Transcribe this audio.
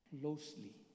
closely